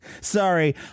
Sorry